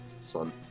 son